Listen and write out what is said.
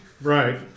right